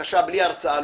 בלי הרצאה.